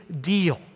deal